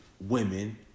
women